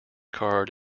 card